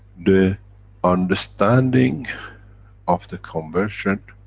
the understanding of the conversion